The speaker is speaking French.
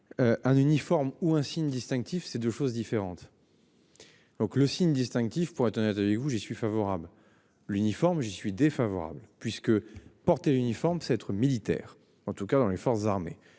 Un uniforme ou un signe distinctif c'est 2 choses différentes. Donc le signe distinctif pour être honnête avec vous, j'y suis favorable. L'uniforme. J'y suis défavorable puisque, porté l'uniforme c'est être militaire. En tout cas dans les forces armées,